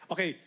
Okay